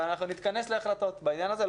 אבל אנחנו נתכנס להחלטות בעניין הזה,